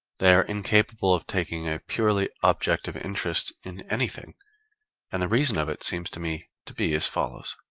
they are incapable of taking a purely objective interest in anything and the reason of it seems to me to be as follows.